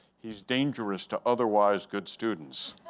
he's dangerous to otherwise good students!